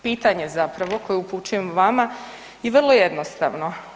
Pitanje zapravo koje upućujem vama je vrlo jednostavno.